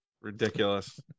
Ridiculous